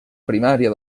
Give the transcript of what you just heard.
primària